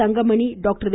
Thangamani doctor வெ